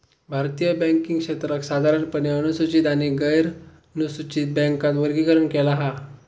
भारतीय बॅन्किंग क्षेत्राक साधारणपणे अनुसूचित आणि गैरनुसूचित बॅन्कात वर्गीकरण केला हा